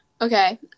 Okay